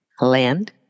Land